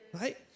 right